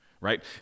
right